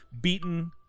beaten